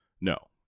No